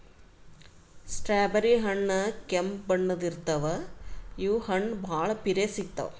strawberry ಹಣ್ಣ್ ಕೆಂಪ್ ಬಣ್ಣದ್ ಇರ್ತವ್ ಇವ್ ಹಣ್ಣ್ ಭಾಳ್ ಪಿರೆ ಸಿಗ್ತಾವ್